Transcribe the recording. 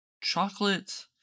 chocolate